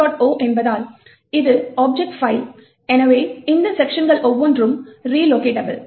o என்பதால் இது ஒரு ஆப்ஜெக்ட் பைல் எனவே இந்த செக்க்ஷன்கள் ஒவ்வொன்றும் ரிலோகேட்டபிள்